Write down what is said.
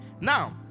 Now